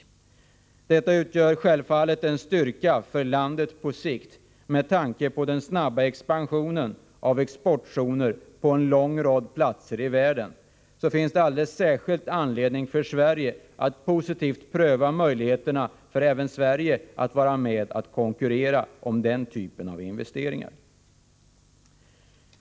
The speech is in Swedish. Detta utgör självfallet en styrka för landet på sikt. Med tanke på den snabba expansionen av exportzoner på en lång rad platser i världen finns det särskild anledning för Sverige att positivt pröva möjligheterna att få vara med och konkurrera om den typen av investeringar.